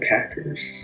Packers